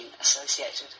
associated